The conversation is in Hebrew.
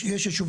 יש יישוב,